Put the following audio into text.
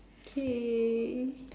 okay